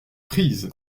prise